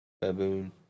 Baboon